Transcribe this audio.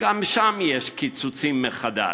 גם שם יש קיצוצים מחדש.